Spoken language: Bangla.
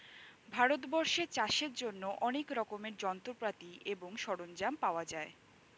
ভারতবর্ষে চাষের জন্য অনেক রকমের যন্ত্রপাতি এবং সরঞ্জাম পাওয়া যায়